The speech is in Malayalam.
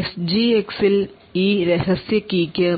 എസ്ജിഎക്സിൽ ഈ രഹസ്യ കീ ക്ക്